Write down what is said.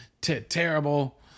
Terrible